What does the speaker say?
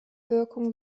wirkung